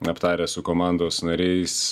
aptaręs su komandos nariais